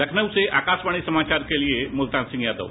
लखनऊ से आकाशवाणी समाचार के लिये मैं मुल्तान सिंह यादव